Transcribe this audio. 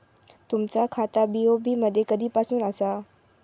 तुमचा खाता बी.ओ.बी मध्ये कधीपासून आसा?